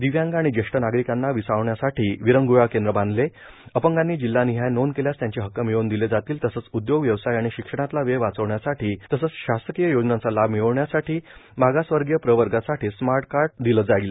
दिव्यांग आणि ज्येष्ठ नागरिकांना विसावण्यासाठी विरंग्रळा केंद्र बांधलेए अपंगांनी जिल्हा निहाय नोंद केल्यास त्यांचे हक्क मिळून दिले जातील तसंच उदयोगए व्यवसाय आणि शिक्षणातला वेळ वाचविण्यासाठी तसंच शासकीय योजनांचा लाभ मिळविण्यासाठी मागासवर्गीय प्रवर्गासाठी स्मार्टकार्ड कार्ड दिले जातील